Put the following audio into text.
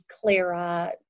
Clara